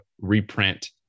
reprint